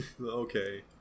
Okay